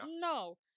No